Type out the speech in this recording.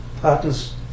partners